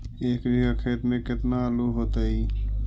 एक बिघा खेत में केतना आलू होतई?